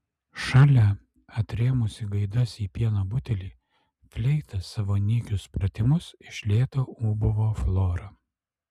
šalia atrėmusi gaidas į pieno butelį fleita savo nykius pratimus iš lėto ūbavo flora